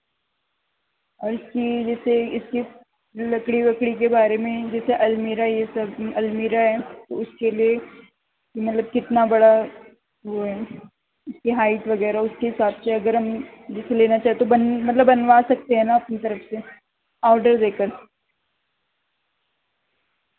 اور اس کی جیسے اس کی لکڑی وکڑی کے بارے میں جیسے المیرا یہ سب المیرا ہے تو اس کے لیے مطلب کتنا بڑا وہ ہے اس کی ہائٹ وغیرہ اس کے حساب سے اگر ہم جیسے لینا چاہیں تو بن مطلب بنوا سکتے ہیں نا اپنی طرف سے آڈر دے کر